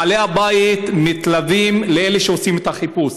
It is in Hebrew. בעלי הבית מתלווים לאלה שעושים את החיפוש.